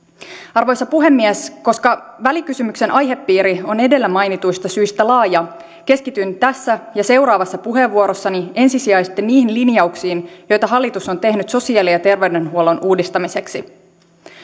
arvoisa puhemies koska välikysymyksen aihepiiri on edellä mainituista syistä laaja keskityn tässä ja seuraavassa puheenvuorossani ensisijaisesti niihin linjauksiin joita hallitus on tehnyt sosiaali ja terveydenhuollon uudistamiseksi